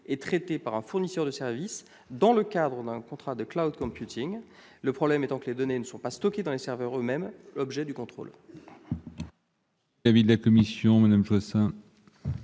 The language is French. et traitées par un fournisseur de service dans le cadre d'un contrat de, le problème étant que les données ne sont pas stockées dans les serveurs eux-mêmes objets du contrôle.